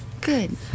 Good